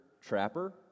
trapper